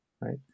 right